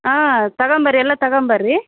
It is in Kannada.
ಹಾಂ ತಗೊಂಬರ್ರೀ ಎಲ್ಲ ತಗೊಂಬರ್ರೀ